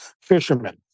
fishermen